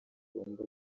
bagomba